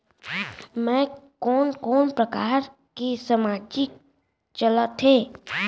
मैं कोन कोन प्रकार के सामाजिक चलत हे?